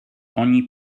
ogni